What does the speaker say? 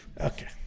Okay